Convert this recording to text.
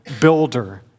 builder